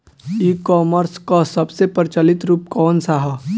ई कॉमर्स क सबसे प्रचलित रूप कवन सा ह?